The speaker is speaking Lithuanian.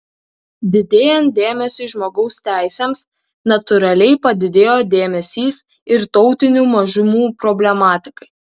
didėjant dėmesiui žmogaus teisėms natūraliai padidėjo dėmesys ir tautinių mažumų problematikai